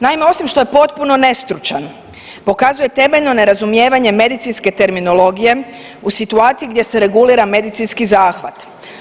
Naime, osim što je potpuno nestručan, pokazuje temeljno nerazumijevanje medicinske terminologije u situaciji gdje se regulira medicinski zahvat.